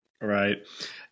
Right